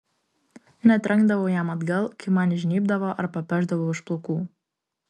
netrenkdavau jam atgal kai man įžnybdavo ar papešdavo už plaukų